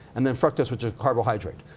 and then fructose, which is carbohydrate.